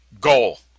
goal